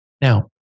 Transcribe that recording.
Now